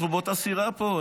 אנחנו באותה סירה פה,